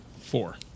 four